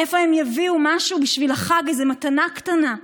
מאיפה הם יביאו משהו בשביל החג, איזו מתנה קטנה.